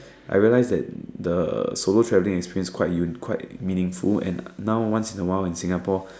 I realized that the solo traveling experience is quite quite meaningful and now once in a while in Singapore